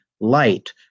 light